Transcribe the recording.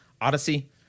Odyssey